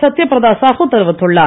சத்யபிரதா சாகு தெரிவித்துள்ளார்